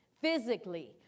physically